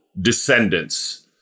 descendants